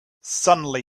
suddenly